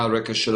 מה הרקע שלו,